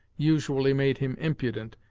usually made him impudent,